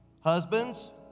Husbands